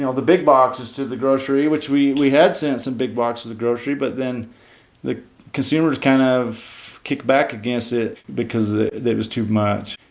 the the big boxes to the grocery? which we we had sent some big boxes of grocery, but then the consumers kind of kick back against it because there was too much.